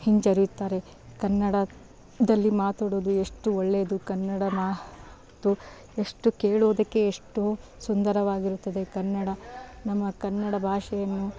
ಹಿಂಜರಿಯುತ್ತಾರೆ ಕನ್ನಡದಲ್ಲಿ ಮಾತಾಡೋದು ಎಷ್ಟು ಒಳ್ಳೇದು ಕನ್ನಡನ ತು ಎಷ್ಟು ಕೇಳೋದಕ್ಕೆ ಎಷ್ಟು ಸುಂದರವಾಗಿರುತ್ತದೆ ಕನ್ನಡ ನಮ್ಮ ಕನ್ನಡ ಭಾಷೆಯನ್ನು